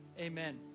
amen